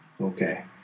Okay